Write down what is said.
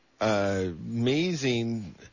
amazing